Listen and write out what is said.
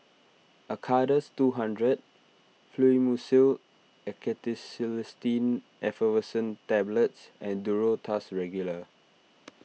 Acardust two hundred Fluimucil Acetylcysteine Effervescent Tablets and Duro Tuss Regular